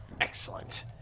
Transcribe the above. excellent